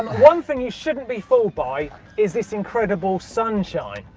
one thing you shouldn't be fooled by is this incredible sunshine,